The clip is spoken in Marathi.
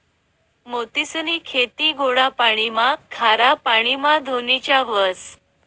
मोतीसनी खेती गोडा पाणीमा, खारा पाणीमा धोनीच्या व्हस